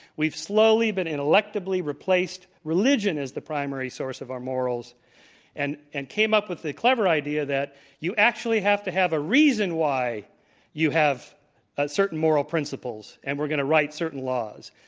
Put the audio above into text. we've slowly but ineluctably replaced religion as the primary source of our morals and and came up with the clever idea that you actually have to have a reason why you have ah certain moral principles, and we're going to write certain laws.